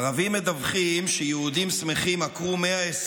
ערבים מדווחים שיהודים שמחים עקרו 120